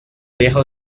riesgo